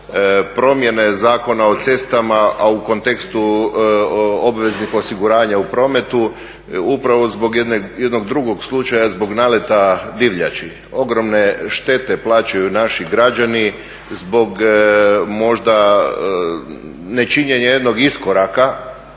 promjene Zakona o cestama, a u kontekstu obveznih osiguranja u prometu upravo zbog jednog drugog slučaja, zbog naleta divljači. Ogromne štete plaćaju naši građani zbog možda nečinjenja jednog iskoraka